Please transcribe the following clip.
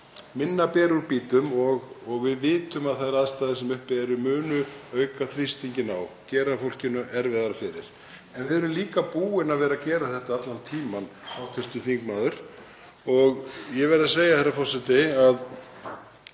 minna bera úr býtum og við vitum að þær aðstæður sem uppi eru munu auka þrýstinginn, gera fólki erfiðara fyrir. En við erum líka búin að vera að gera þetta allan tímann, hv. þingmaður. Ég verð að segja, herra forseti, að